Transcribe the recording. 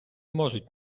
можуть